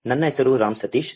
ನನ್ನ ಹೆಸರು ರಾಮ್ ಸತೀಶ್